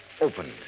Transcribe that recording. opened